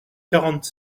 quarante